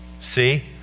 See